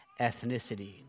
ethnicity